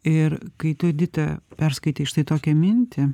ir kai tu edita perskaitei štai tokią mintį